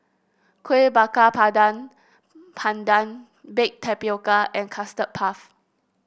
Kueh Bakar Pardon pandan Baked Tapioca and Custard Puff